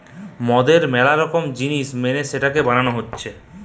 মদের ম্যালা রকম জিনিস মেনে সেটাকে বানানো হতিছে